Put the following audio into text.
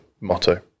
motto